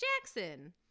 Jackson